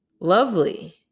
lovely